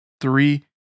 Three